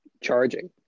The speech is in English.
charging